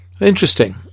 Interesting